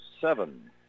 seven